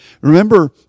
Remember